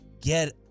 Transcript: get